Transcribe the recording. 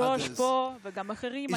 ג'וש פה וגם אחרים,